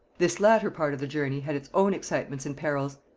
this latter part of the journey had its own excitements and perils.